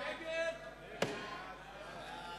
חוק התפלגות סיעה (תיקוני חקיקה),